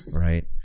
Right